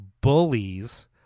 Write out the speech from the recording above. bullies